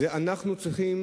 אנחנו צריכים